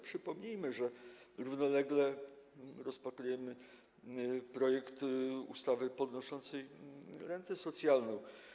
Przypomnijmy, że równolegle rozpatrujemy projekt ustawy podnoszącej rentę socjalną.